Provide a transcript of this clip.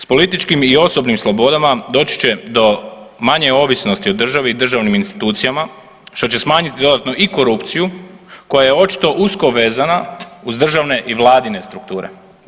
S političkim i osobnim slobodama doći će do manje ovisnosti o državi i državnim institucijama što će smanjiti dodatno i korupciju koja je očito usko vezana uz državne i vladine strukture.